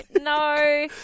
no